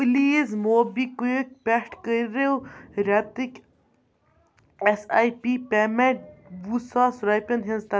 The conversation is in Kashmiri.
پٕلیٖز موبی کُیِک پٮ۪ٹھ کٔرِو رٮ۪تٕکۍ اٮ۪س آی پی پیمٮ۪نٛٹ وُہ ساس رۄپیَن ہِنٛز تہ